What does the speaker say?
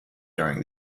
during